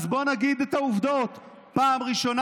אז בוא נגיד את העובדות: פעם ראשונה